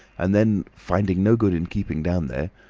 and then, finding no good in keeping down there,